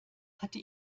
hatte